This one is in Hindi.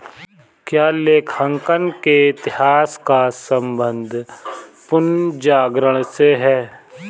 क्या लेखांकन के इतिहास का संबंध पुनर्जागरण से है?